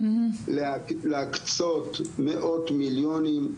להקצות מאות מיליונים,